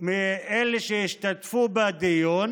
של אלה שהשתתפו בדיון,